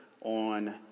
on